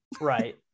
right